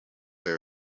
they